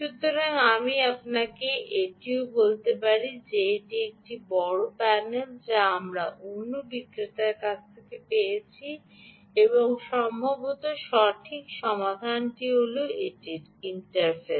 সুতরাং আমি আপনাকে এটিও বলতে পারি যে এটি একটি বড় প্যানেল যা আমরা অন্য বিক্রেতার কাছ থেকে পেয়েছি এবং সম্ভবত সঠিক সমাধানটি হল এটির ইন্টারফেস